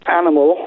animal